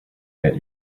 get